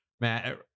man